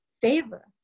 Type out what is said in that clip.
favor